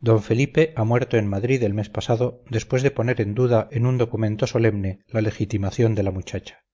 d felipe ha muerto en madrid el mes pasado después de poner en duda en un documento solemne la legitimación de la muchacha